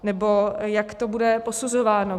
Nebo jak to bude posuzováno?